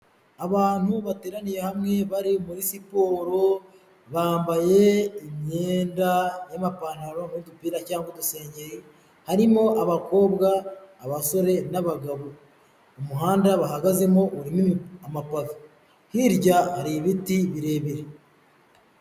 Abantu bateraniye hamwe bari muri siporo, bambaye imyenda y'amapantaro n'udupira cyangwa udusengeri, harimo abakobwa, abasore n'abagabo, umuhanda bahagazemo urimo amapave hirya hari ibiti birebire.